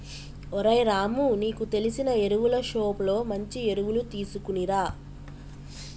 ఓరై రాము నీకు తెలిసిన ఎరువులు షోప్ లో మంచి ఎరువులు తీసుకునిరా